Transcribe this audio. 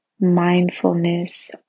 mindfulness